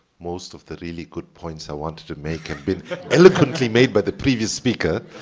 most of the really good points i wanted to make have been eloquently made by the previous speaker,